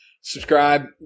subscribe